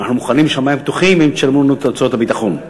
אנחנו מוכנים לשמים פתוחים אם תשלמו לנו את הוצאות הביטחון.